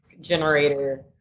generator